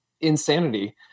insanity